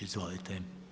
Izvolite.